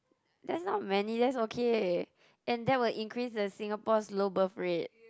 that's not many that's okay and that will increase the Singapore's low birth rate